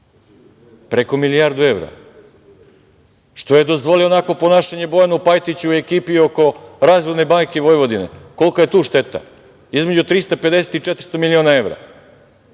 Preko milijardu evra. Što je dozvolio onakvo ponašanje Bojanu Pajtiću i ekipi oko Razvojne banke Vojvodine? Kolika je tu šteta? Između 350 i 400 miliona evra. Jesu